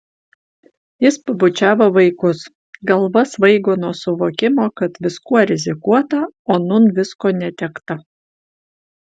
jis pabučiavo vaikus galva svaigo nuo suvokimo kad viskuo rizikuota o nūn visko netekta